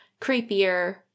creepier